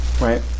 right